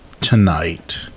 tonight